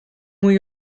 mwy